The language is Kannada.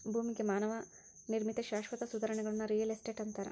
ಭೂಮಿಗೆ ಮಾನವ ನಿರ್ಮಿತ ಶಾಶ್ವತ ಸುಧಾರಣೆಗಳನ್ನ ರಿಯಲ್ ಎಸ್ಟೇಟ್ ಅಂತಾರ